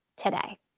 today